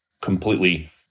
completely